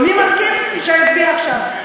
מי שמסכים, שיצביע עכשיו.